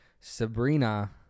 Sabrina